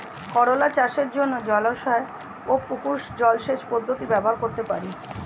করোলা চাষের জন্য জলাশয় ও পুকুর জলসেচ পদ্ধতি ব্যবহার করতে পারি?